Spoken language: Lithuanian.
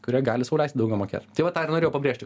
kurie gali sau leisti daugiau mokėt tai va tą ir norėjau pabrėžti